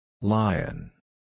Lion